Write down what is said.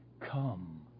come